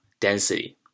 density